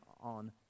on